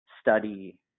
study